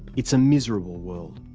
it's a miserable world,